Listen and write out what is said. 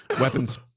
Weapons